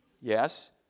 Yes